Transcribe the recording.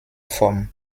form